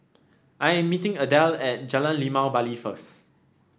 I am meeting Adele at Jalan Limau Bali first